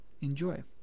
enjoy